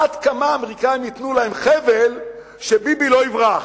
עד כמה האמריקנים ייתנו להם חבל, שביבי לא יברח.